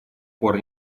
пор